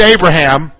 Abraham